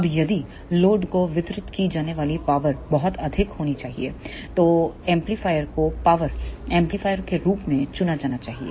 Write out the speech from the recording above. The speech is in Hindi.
अब यदि लोड को वितरित की जाने वाली पावर बहुत अधिक होनी चाहिए तो एम्पलीफायर को पावर एम्पलीफायर के रूप में चुना जाना चाहिए